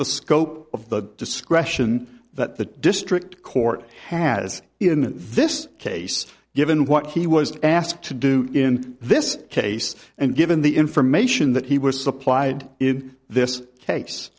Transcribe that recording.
the scope of the discretion that the district court has in this case given what he was asked to do in this case and given the information that he was supplied in this case